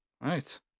right